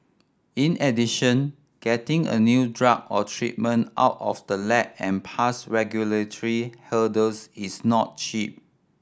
in addition getting a new drug or treatment out of the lab and past regulatory hurdles is not cheap